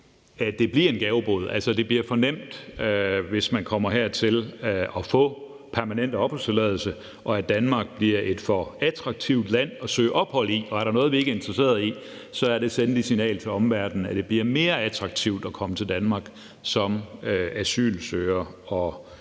det bliver for nemt, hvis man kommer hertil, at få permanent opholdstilladelse, og at Danmark bliver et for attraktivt land at søge ophold i. Er der noget, vi ikke er interesseret i, er det at sende det signal til omverdenen, at det bliver mere attraktivt at komme til Danmark som asylsøger